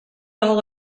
all